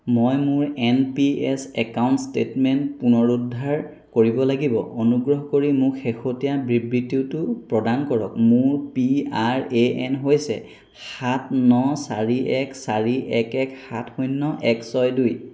মই মোৰ N P S account statement পুনৰুদ্ধাৰ কৰিব লাগিব অনুগ্ৰহ কৰি মোক শেহতীয়া বিবৃতিটো প্ৰদান কৰক মোৰ পি আৰ এ এন হৈছে সাত ন চাৰি এক চাৰি এক এক সাত শূন্য এক ছয় দুই